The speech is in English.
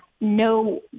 no